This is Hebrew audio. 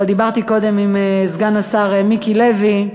אבל דיברתי קודם עם סגן השר מיקי לוי,